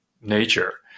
nature